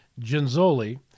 Ginzoli